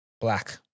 Black